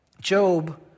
Job